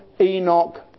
Enoch